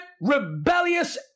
rebellious